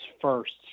firsts